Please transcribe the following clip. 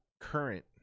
current